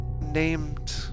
named